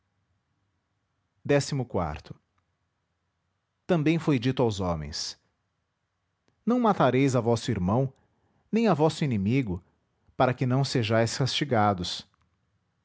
pelo ambém foi dito aos homens não matareis a vosso irmão nem a vosso inimigo para que não sejais castigados